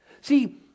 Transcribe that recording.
See